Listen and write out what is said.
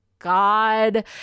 God